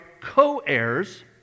co-heirs